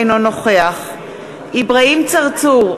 אינו נוכח אברהים צרצור,